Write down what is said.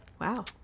wow